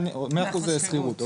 100% דירות לשכירות.